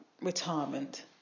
retirement